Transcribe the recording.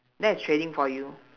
that is trading for you